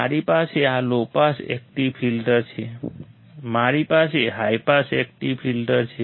મારી પાસે આ લો પાસ એકટીવ ફિલ્ટર છે મારી પાસે હાઈ પાસ એકટીવ ફિલ્ટર છે